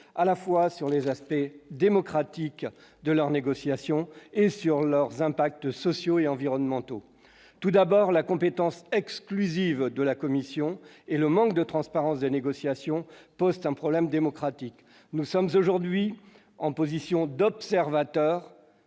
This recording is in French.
à la fois sur les aspects démocratiques de leurs négociations et sur leurs impacts sociaux et environnementaux tout d'abord la compétence exclusive de la Commission et le manque de transparence des négociations post-un problème démocratique, nous sommes aujourd'hui en position d'observateur,